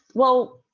well.